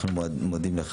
אנחנו מודים לך